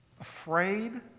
afraid